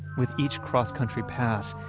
with each cross-country pass,